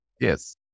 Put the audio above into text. Yes